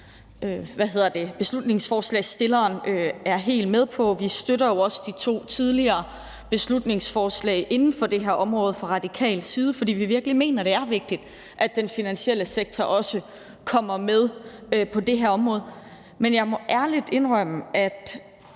beslutningsforslagsstillerne er helt med på. Vi støtter jo også de to tidligere beslutningsforslag inden for det her område fra Radikales side, fordi vi virkelig mener, det er vigtigt, at den finansielle sektor også kommer med på det her område. Men i forhold til